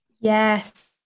yes